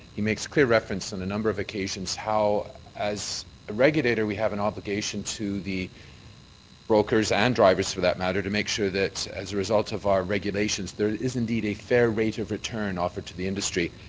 he makes clear reference on and a number of occasions how as a regulator we have an obligation to the brokers and drivers for that matter to make sure that as a result of our regulations, there is indeed a fair rate of return offered to the industry.